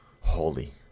holy